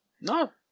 No